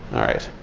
all right,